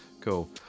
cool